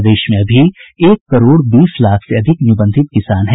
प्रदेश में अभी एक करोड़ बीस लाख निबंधित किसान हैं